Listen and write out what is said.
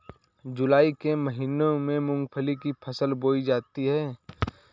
जूलाई के महीने में मूंगफली की फसल बोई जाती है